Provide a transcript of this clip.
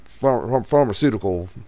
Pharmaceutical